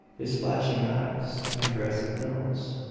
his flashing eyes and aggressive nose.